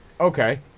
Okay